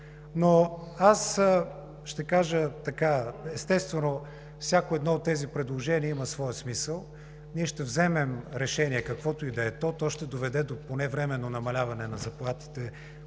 за страната. Естествено, всяко от тези предложения има своя смисъл. Ние ще вземем решение, каквото и да е то, което ще доведе до временно намаляване на заплатите,